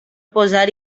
posar